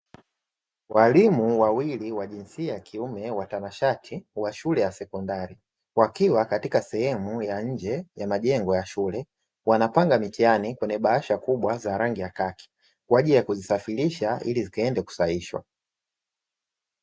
Walimu wawili wa jinsia ya kiume, watanashati wa shule ya sekondari, wakiwa katika sehemu ya nje ya majengo ya shule. Wanapanga mitihani kwenye bahasha kubwa za rangi ya kaki kwa ajili ya kuzisafirisha ili ziende kusahihishwa.